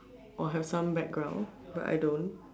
or have some background but I don't